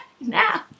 now